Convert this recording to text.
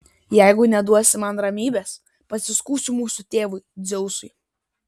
jeigu neduosi man ramybės pasiskųsiu mūsų tėvui dzeusui